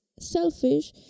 selfish